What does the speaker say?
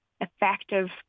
effective